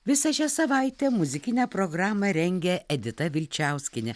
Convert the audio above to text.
visą šią savaitę muzikinę programą rengia edita vilčiauskienė